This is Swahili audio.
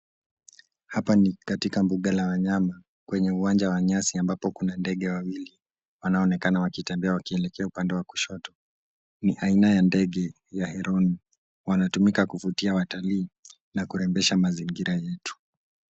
Hapa ni katika mbuga la wanyama kwenye uwanja wa nyasi ambapo kuna ndege wawili wanaonekana wakitembea wakielekea upande wa kushoto, ni aina ya ndege ya heroni wanatumika kuvutia watalii na kurembesha mazingira yetu.